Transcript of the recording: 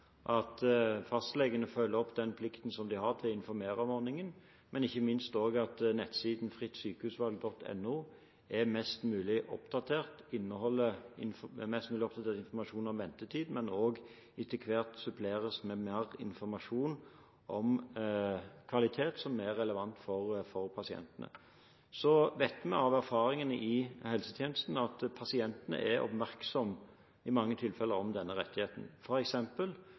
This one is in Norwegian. at fastlegene følger opp den plikten de har til å informere om ordningen, og ikke minst at nettsiden frittsykehusvalg.no er mest mulig oppdatert på informasjon om ventetid, men også etter hvert suppleres med mer informasjon om kvalitet, som er relevant for pasientene. Så vet vi av erfaringene i helsetjenesten at pasientene i mange tilfeller er oppmerksom på denne rettigheten.